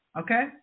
Okay